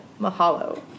mahalo